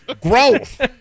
growth